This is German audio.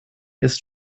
ist